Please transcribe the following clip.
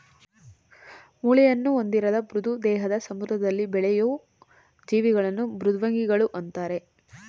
ಮೂಳೆಯನ್ನು ಹೊಂದಿರದ ಮೃದು ದೇಹದ ಸಮುದ್ರದಲ್ಲಿ ಬೆಳೆಯೂ ಜೀವಿಗಳನ್ನು ಮೃದ್ವಂಗಿಗಳು ಅಂತರೆ